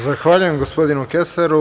Zahvaljujem gospodinu Kesaru.